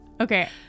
Okay